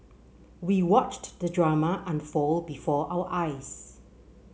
we watched the drama unfold before our eyes